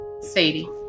Sadie